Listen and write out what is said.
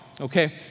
okay